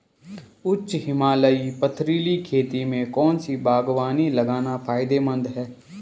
उच्च हिमालयी पथरीली खेती में कौन सी बागवानी लगाना फायदेमंद है?